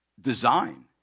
design